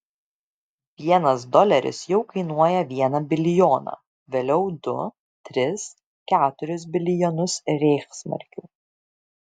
vienas doleris jau kainuoja vieną bilijoną vėliau du tris keturis bilijonus reichsmarkių